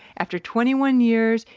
after twenty one years,